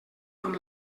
amb